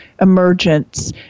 emergence